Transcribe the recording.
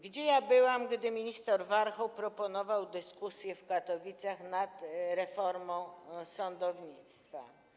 Gdzie ja byłam, gdy minister Warchoł proponował dyskusję w Katowicach nad reformą sądownictwa?